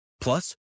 Plus